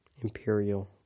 imperial